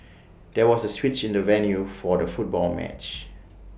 there was A switch in the venue for the football match